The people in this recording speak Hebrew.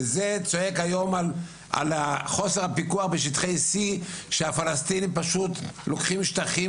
וזה צועק היום על חוסר הפיקוח בשטחי C שהפלשתינאים פשוט לוקחים שטחים